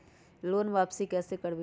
Loan वापसी कैसे करबी?